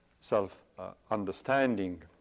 self-understanding